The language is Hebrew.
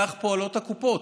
כך פועלות הקופות.